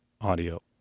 audio